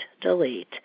delete